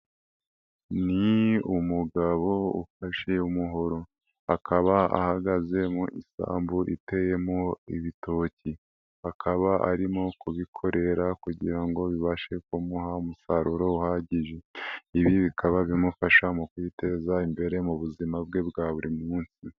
Ni umugabo ufashe umuhoro akaba ahagaze mu isambu riteyemo ibitoki. Abakaba arimo kubikorera kugira ngo bibashe kumuha umusaruro uhagije, ibi bikaba bimufasha mu kwiteza imbere mu buzima bwe bwa buri munsi.